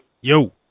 Yo